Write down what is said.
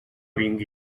vingui